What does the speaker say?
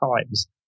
times